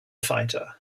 fighter